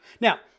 Now